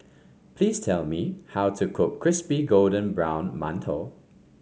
please tell me how to cook Crispy Golden Brown Mantou